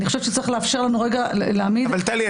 אני חושבת שצריך לאפשר לנו רגע להעמיד --- אבל טלי,